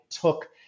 took